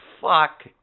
fuck